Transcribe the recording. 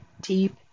deep